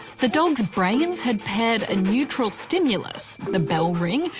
the dogs' brains had paired a neutral stimulus, the bell ring,